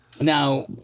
Now-